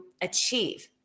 achieve